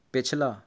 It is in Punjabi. ਪਿਛਲਾ